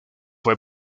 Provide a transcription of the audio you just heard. fue